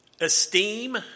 esteem